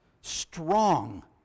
Strong